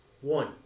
One